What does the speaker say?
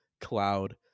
cloud